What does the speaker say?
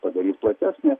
padaryt platesnį